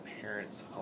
parents